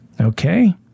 okay